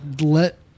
let